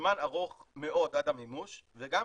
זמן ארוך מאוד עד המימוש וגם